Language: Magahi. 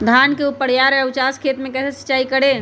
धान के ऊपरवार या उचास खेत मे कैसे सिंचाई करें?